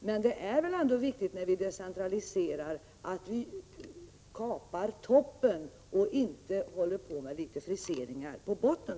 Men det är väl ändå viktigt att vi i samband med decentraliseringen kapar toppen och inte bara så att säga håller på med litet friseringar på botten.